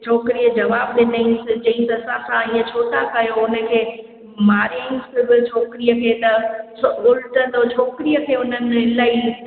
छोकिरीअ जवाब ॾिनईंस चईंस असां सां ईअं छोता कयो उनखे मारियईंस बि छोकिरीअ खे त उलटो हुन छोकरीअ खे इलाही